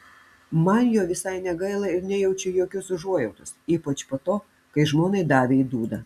man jo visai negaila ir nejaučiu jokios užuojautos ypač po to kai žmonai davė į dūdą